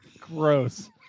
Gross